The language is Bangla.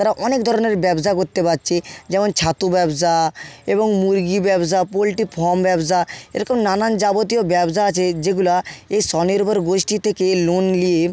তারা অনেক ধরনের ব্যবসা করতে পারছে যেমন ছাতু ব্যবসা এবং মুরগী ব্যবসা পোল্ট্রি ফার্ম ব্যবসা এরকম নানান যাবতীয় ব্যবসা আছে যেগুলা এই স্বনির্ভর গোষ্টী থেকে লোন নিয়ে